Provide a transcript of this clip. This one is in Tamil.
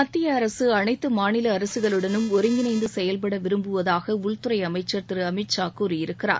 மத்திய அரசு அனைத்து மாநில அரசுகளுடனும் ஒருங்கிணைந்து செயல்பட விரும்புவதாக உள்துறை அமைச்சர் திரு அமித் ஷா கூறியிருக்கிறார்